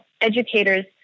educators